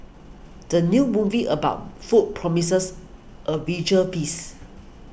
the new movie about food promises a visual feast